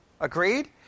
Agreed